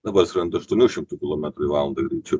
dabar skrenda aštuonių šimtų kilometrų į valandą greičiu